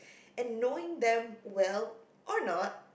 and knowing them well or not